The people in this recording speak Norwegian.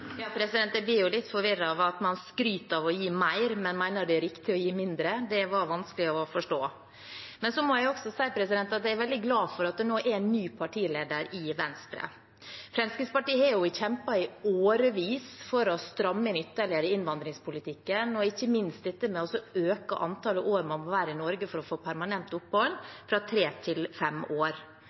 blir litt forvirret av at man skryter av å gi mer, men mener det er riktig å gi mindre. Det er vanskelig å forstå. Men så må jeg også si at jeg er veldig glad for at det nå er en ny partileder i Venstre. Fremskrittspartiet har kjempet i årevis for å stramme inn ytterligere i innvandringspolitikken, og ikke minst for dette med å øke antallet år man må være i Norge for å få permanent opphold, fra tre til fem år.